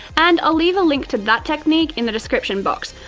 and i'll leave a link to that technique in the description box,